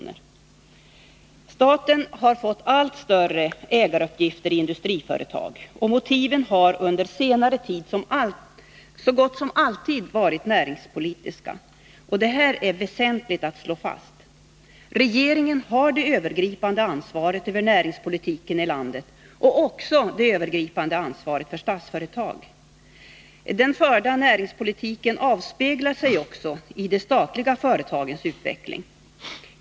till andra länder av statliga företags verksamhet till andra länder av statliga företags verksamhet Staten har fått allt större ägaruppgifter i industriföretag, och motiven har under senare tid så gott som alltid varit näringspolitiska. Det här är väsentligt att slå fast. Regeringen har det övergripande ansvaret för näringspolitiken i landet och också det övergripande ansvaret för Statsföretag. Den förda näringspolitiken avspeglar sig också i de statliga företagens utveckling.